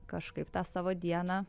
kažkaip tą savo dieną